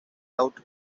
out